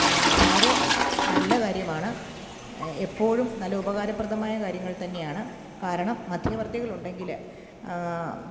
വളരെ നല്ല കാര്യമാണ് എപ്പോഴും നല്ല ഉപകാരപ്രദമായ കാര്യങ്ങൾ തന്നെയാണ് കാരണം മധ്യവർത്തികളുണ്ടെങ്കില്